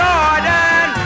Jordan